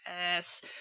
yes